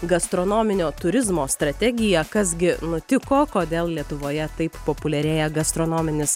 gastronominio turizmo strategiją kas gi nutiko kodėl lietuvoje taip populiarėja gastronominis